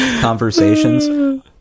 conversations